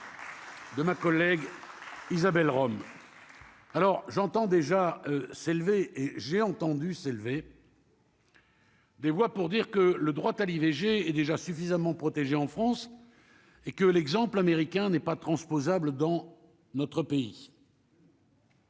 De ma collègue. Isabelle Rome. Alors j'entends déjà s'élever et j'ai entendu s'élever. Des voix pour dire que le droit à l'IVG est déjà suffisamment protégé en France et que l'exemple américain n'est pas transposable dans notre pays.